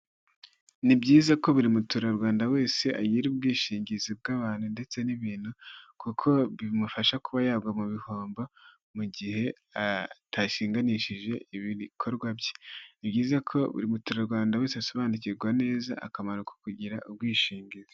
Ni byiza ko buri muturarwanda wese agira ubwishingizi bw'abantu ndetse n'ibintu, kuko bimufasha kuba yagwa mu bihombo mu gihe atashinganishije ibikorwa bye, ni byiza ko buri muturarwanda wese asobanukirwa neza akamaro ko kugira ubwishingizi.